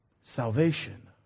salvation